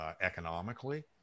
economically